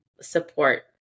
support